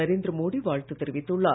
நரேந்திரமோடி வாழ்த்து தெரிவித்துள்ளார்